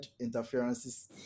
interferences